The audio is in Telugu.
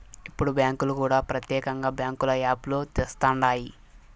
ఇప్పుడు బ్యాంకులు కూడా ప్రత్యేకంగా బ్యాంకుల యాప్ లు తెస్తండాయి